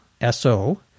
S-O